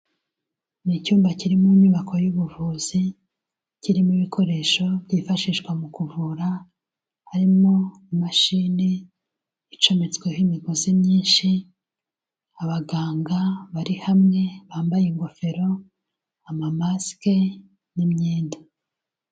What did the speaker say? Ni icyumba kiri mu nyubako y'ubuvuzi, kirimo ibikoresho byifashishwa mu kuvura, harimo imashini icometsweho imigozi myinshi, abaganga bari hamwe bambaye ingofero, amamasike n'imyenda.